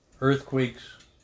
Earthquakes